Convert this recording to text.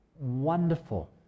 Wonderful